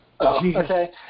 Okay